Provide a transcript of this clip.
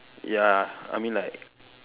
ya I mean like